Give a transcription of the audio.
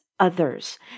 others